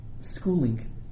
schooling